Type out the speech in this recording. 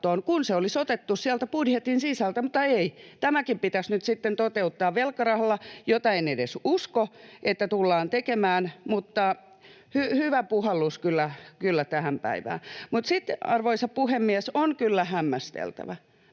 kun se olisi otettu sieltä budjetin sisältä, mutta ei. Tämäkin pitäisi nyt sitten toteuttaa velkarahalla, mitä en edes usko, että tullaan tekemään, mutta hyvä puhallus kyllä tähän päivään. Mutta sitten, arvoisa puhemies, on kyllä hämmästeltävä,